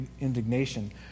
indignation